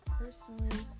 personally